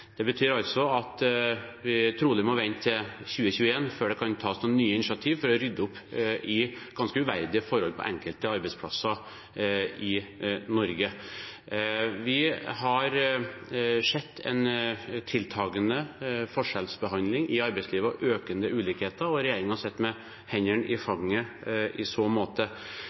Det betyr altså at vi trolig må vente til 2021 før det kan tas noen nye initiativer for å rydde opp i ganske uverdige forhold på enkelte arbeidsplasser i Norge. Vi har sett en tiltakende forskjellsbehandling i arbeidslivet og økende ulikheter, og regjeringen sitter med hendene i fanget i så måte.